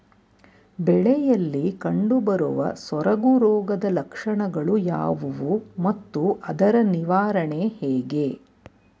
ಬೆಳೆಯಲ್ಲಿ ಕಂಡುಬರುವ ಸೊರಗು ರೋಗದ ಲಕ್ಷಣಗಳು ಯಾವುವು ಮತ್ತು ಅದರ ನಿವಾರಣೆ ಹೇಗೆ?